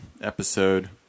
episode